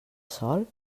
sol